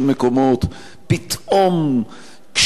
פתאום קשיחות כזאת,